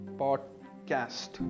podcast